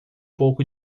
pouco